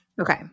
Okay